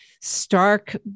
stark